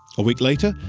a week later,